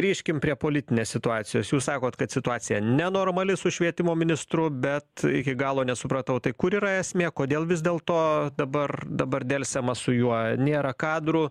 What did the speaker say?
grįžkim prie politinės situacijos jūs sakot kad situacija nenormali su švietimo ministru bet iki galo nesupratau tai kur yra esmė kodėl vis dėl to dabar dabar delsiama su juo nėra kadrų